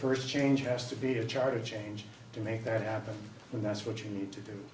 first change as to be to chart a change to make that happen and that's what you need to do